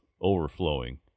overflowing